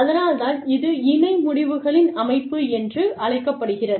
அதனால்தான் இது இணை முடிவுகளின் அமைப்பு என்று அழைக்கப்படுகிறது